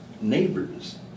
Neighbors